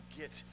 get